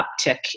uptick